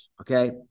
okay